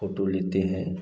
photo लेते हैं